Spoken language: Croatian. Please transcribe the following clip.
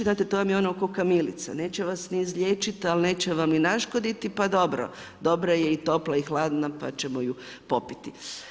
Znate, to vam je ono kao kamilica, neće vas ni izliječiti ali neće vam ni naškoditi, pa dobro, dobra je i topla i hladna pa ćemo ju popiti.